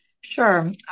Sure